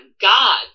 God